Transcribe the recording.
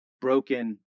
broken